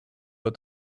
but